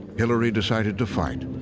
hillary decided to fight.